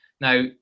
Now